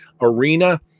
arena